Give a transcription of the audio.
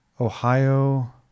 Ohio